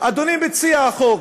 אדוני מציע החוק,